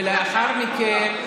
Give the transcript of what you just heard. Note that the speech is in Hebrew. ולאחר מכן,